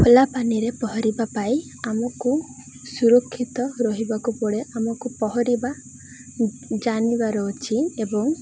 ଖୋଲା ପାଣିରେ ପହଁରିବା ପାଇଁ ଆମକୁ ସୁରକ୍ଷିତ ରହିବାକୁ ପଡ଼େ ଆମକୁ ପହଁରିବା ଜାଣିବାର ଅଛି ଏବଂ